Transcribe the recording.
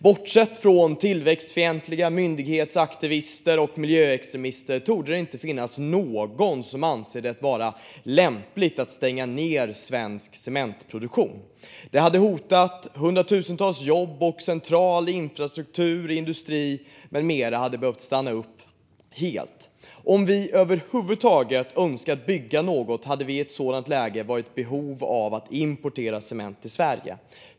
Bortsett från tillväxtfientliga myndighetsaktivister och miljöextremister torde det inte finnas någon som anser det lämpligt att stänga svensk cementproduktion. Det hade hotat hundratusentals jobb, och central infrastruktur, industri med mera hade behövt stanna upp helt. Om vi över huvud taget önskat bygga något hade vi i ett sådant läge varit i behov av att importera cement till Sverige.